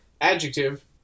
adjective